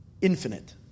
infinite